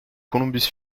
columbus